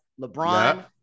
LeBron